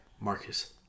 Marcus